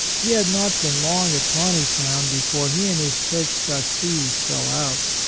he had not been long at taneytown before he and his church trustees fell out,